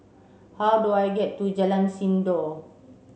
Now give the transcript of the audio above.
how do I get to Jalan Sindor